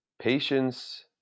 patience